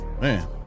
Man